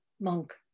monk